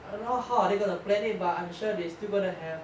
I don't know how are they going to plan it but I'm sure they're still gonna have